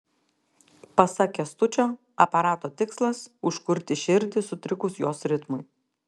pasak kęstučio aparato tikslas užkurti širdį sutrikus jos ritmui